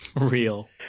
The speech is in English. Real